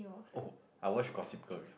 oh I watch Gossip Girl before